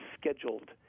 scheduled